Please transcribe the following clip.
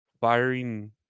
firing –